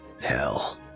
Hell